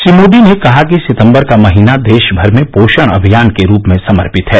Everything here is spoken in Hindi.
श्री मोदी ने कहा कि सितम्बर का महीना देशभर में पोषण अभियान के रूप में समर्पित है